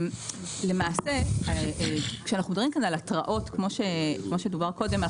למעשה כשאנחנו מדברים כאן על התראות כמו שדובר קודם,